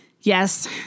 Yes